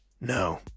No